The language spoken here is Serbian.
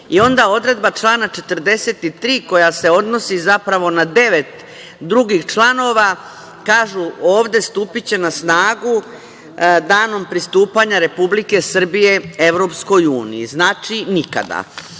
I onda odredba člana 43. koja se odnosi, zapravo na devet drugih članova kažu – stupiće na snagu danom pristupanja Republike Srbije EU. Znači, nikada. Nama